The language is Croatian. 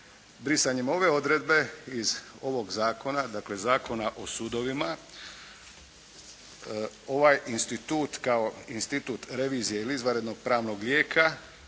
Brisanjem ove odredbe iz ovog zakona, dakle Zakona o sudovima ovaj institut kao institut revizije ili izvanrednog pravnog lijeka